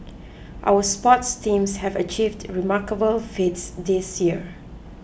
our sports teams have achieved remarkable feats this year